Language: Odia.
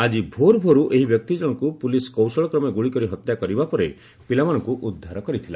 ଆଜି ଭୋରୁ ଭୋରୁ ଏହି ବ୍ୟକ୍ତିଜଣଙ୍କୁ ପୁଲିସ୍ କୌଶଳକ୍ରମେ ଗୁଳିକରି ହତ୍ୟା କରିବା ପରେ ପିଲାମାନଙ୍କୁ ଉଦ୍ଧାର କରିଥିଲା